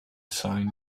sign